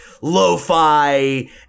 lo-fi